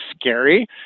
scary